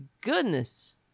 goodness